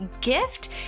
gift